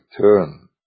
turn